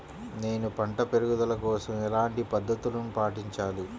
నేను పంట పెరుగుదల కోసం ఎలాంటి పద్దతులను పాటించాలి?